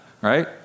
right